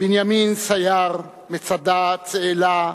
בנימין סייר, מצדה, צאלה,